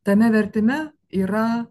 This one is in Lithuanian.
tame vertime yra